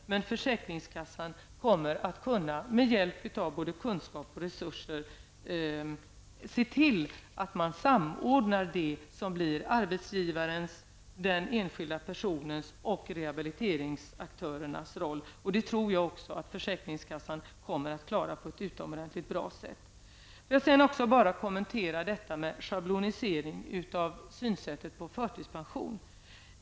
Men försäkringskassan kommer, med hjälp av både kunskap och resurser, att kunna samordna det som blir arbetsgivarens, den enskilde personens och rehabiliteringsaktörernas roller. Det tror jag också att försäkringskassan kommer att klara på ett utomordentligt bra sätt. Får jag sedan också kommentera schabloniseringen av synsättet på förtidspension.